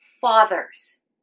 fathers